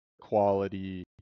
quality